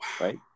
right